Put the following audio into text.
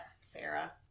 Sarah